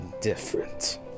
different